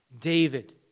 David